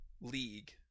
League